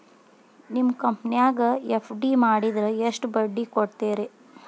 ನಿಮ್ಮ ಕಂಪನ್ಯಾಗ ಎಫ್.ಡಿ ಮಾಡಿದ್ರ ಎಷ್ಟು ಬಡ್ಡಿ ಕೊಡ್ತೇರಿ?